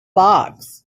box